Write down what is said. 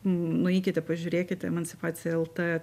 nueikite pažiūrėkite emancipacija lt